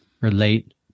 relate